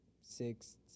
six